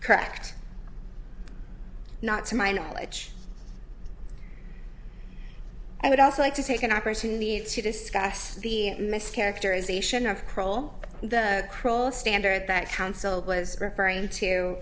correct not to my knowledge i would also like to take an opportunity to discuss the mischaracterization of croll the cruel standard that counsel was referring to